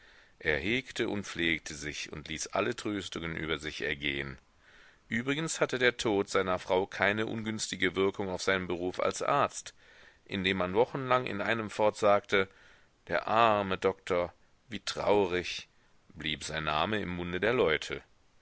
er hegte und pflegte sich und ließ alle tröstungen über sich ergehen übrigens hatte der tod seiner frau keine ungünstige wirkung auf seinen beruf als arzt indem man wochenlang in einem fort sagte der arme doktor wie traurig blieb sein name im munde der leute